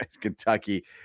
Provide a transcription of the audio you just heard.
Kentucky